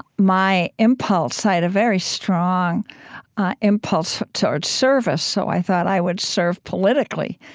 my impulse i had a very strong impulse toward service, so i thought i would serve politically.